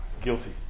guilty